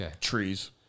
Trees